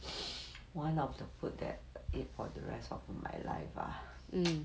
one of the food that eat for the rest of my life ah